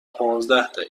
پانزده